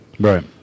right